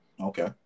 Okay